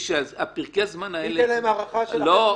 אם תהיה להם הארכה של שנים,